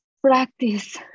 practice